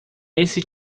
esse